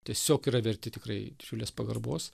tiesiog yra verti tikrai didžiulės pagarbos